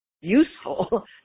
useful